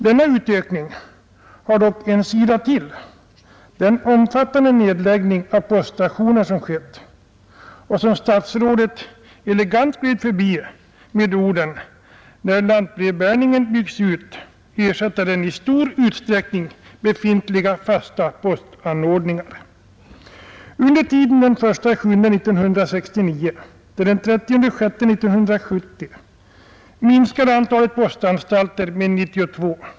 Denna utökning har dock även en annan sida, nämligen den omfattande nedläggning av poststationer som skett och som statsrådet elegant gled förbi med orden: ”När lantbrevbäringen byggs ut, ersätter den i stor utsträckning befintliga fasta postanordningar.” Under tiden den 1 juli 1969—30 juni 1970 minskade antalet postanstalter med 92.